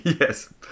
Yes